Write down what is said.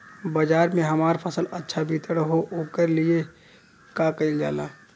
बाजार में हमार फसल अच्छा वितरण हो ओकर लिए का कइलजाला?